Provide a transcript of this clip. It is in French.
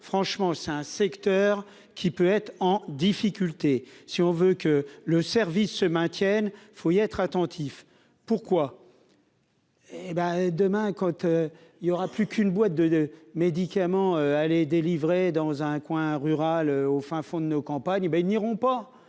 franchement, c'est un secteur qui peut être en difficulté si on veut que le service se maintiennent, faut être attentif pourquoi. Hé ben demain côte il y aura plus qu'une boîte de médicaments, les délivrer dans un coin rural au fin fond de nos campagnes, ben ils n'iront pas